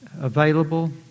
available